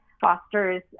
fosters